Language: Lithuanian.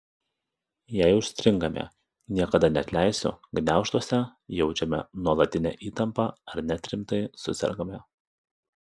jei užstringame niekada neatleisiu gniaužtuose jaučiame nuolatinę įtampą ar net rimtai susergame